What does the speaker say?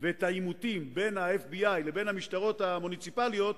ואת העימותים בין ה-FBI לבין המשטרות המוניציפליות,